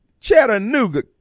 Chattanooga